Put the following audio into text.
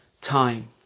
time